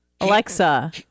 Alexa